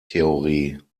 theorie